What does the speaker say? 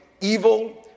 evil